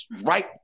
right